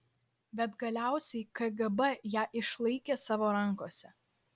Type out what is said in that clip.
bet galiausiai kgb ją išlaikė savo rankose